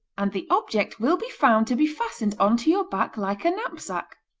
and the object will be found to be fastened on to your back like a knapsack.